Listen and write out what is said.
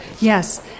Yes